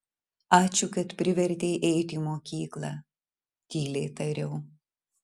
ačiū kad privertei eiti į mokyklą tyliai tariau